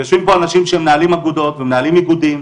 ויושבים פה אנשים שמנהלים אגודות ומנהלים איגודים,